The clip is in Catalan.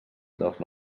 dels